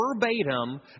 verbatim